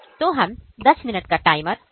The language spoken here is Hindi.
तो हम 10 मिनट का टाइमर सेट करेंगे